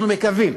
אנחנו מקווים.